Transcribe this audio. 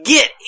Get